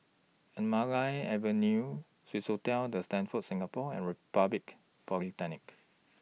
Anamalai Avenue Swissotel The Stamford Singapore and Republic Polytechnic